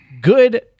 good